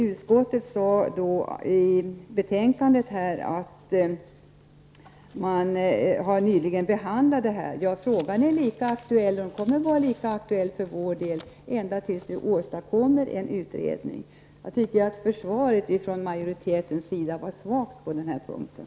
Utskottet säger i betänkandet att frågan nyligen har behandlats, men den kommer att vara lika aktuell för vår del ända tills det kommer till stånd en utredning. Jag tycker att försvaret från majoritetens sida var svagt på den här punkten.